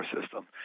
system